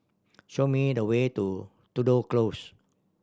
show me the way to Tudor Close